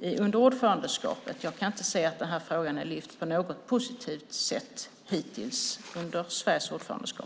under ordförandeskapet? Jag kan inte se att den här frågan har lyfts fram på något positivt sätt hittills under Sveriges ordförandeskap.